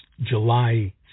July